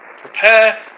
Prepare